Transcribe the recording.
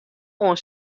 oan